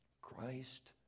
Christ